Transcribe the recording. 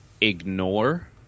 ignore